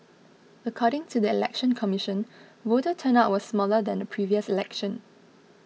according to the Election Commission voter turnout was smaller than the previous election